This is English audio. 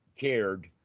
cared